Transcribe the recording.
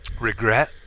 Regret